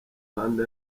mihanda